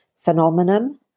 phenomenon